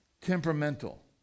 temperamental